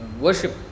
worship